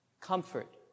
Comfort